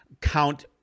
count